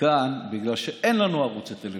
כאן בגלל שאין לנו ערוצי טלוויזיה.